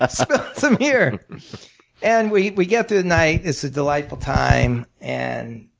ah spill some here and we we get through the night, it's a delightful time and